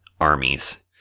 armies